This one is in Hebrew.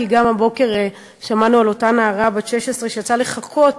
כי גם הבוקר שמענו על אותה נערה בת 16 שיצאה לחקות